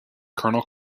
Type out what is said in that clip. colonel